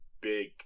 big